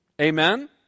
Amen